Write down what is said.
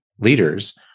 leaders